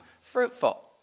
fruitful